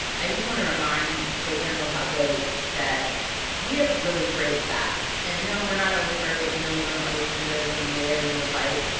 i just want to remind the general public that we have really great staff. and no we're not always perfect, and no we don't always do everything the way everyone would like,